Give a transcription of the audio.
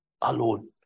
alone